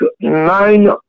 nine